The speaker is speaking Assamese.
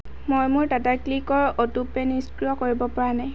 মই মোৰ টাটাক্লিকৰ অটোপে' নিষ্ক্ৰিয় কৰিব পৰা নাই